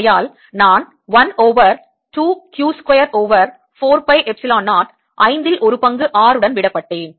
ஆகையால் நான் 1 over 2 Q square over 4 pi epsilon 0 ஐந்தில் ஒரு பங்கு R உடன் விடப்பட்டேன்